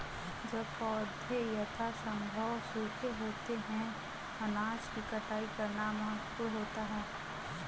जब पौधे यथासंभव सूखे होते हैं अनाज की कटाई करना महत्वपूर्ण होता है